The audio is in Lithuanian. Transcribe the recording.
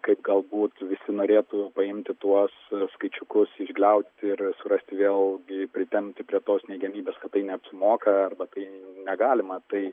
kaip galbūt visi norėtų paimti tuos skaičiukus išgliaudyti ir surasti vėlgi pritempti prie tos neigiamybės kad tai neapsimoka arba tai negalima tai